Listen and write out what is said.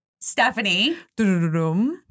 Stephanie